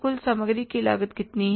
कुल कारखाने की लागत कितनी है